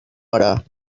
hora